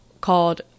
called